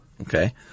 okay